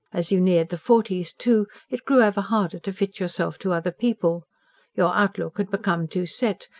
as you neared the forties, too, it grew ever harder to fit yourself to other people your outlook had become too set,